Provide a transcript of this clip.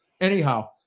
Anyhow